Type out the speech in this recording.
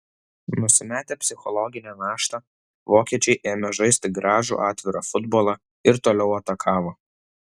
nusimetę psichologinę naštą vokiečiai ėmė žaisti gražų atvirą futbolą ir toliau atakavo